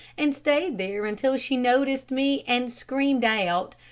and stayed there until she noticed me and screamed out,